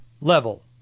level